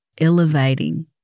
elevating